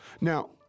Now